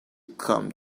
come